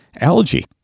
Algae